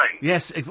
Yes